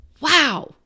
Wow